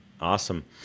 Awesome